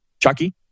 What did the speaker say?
Chucky